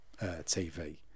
TV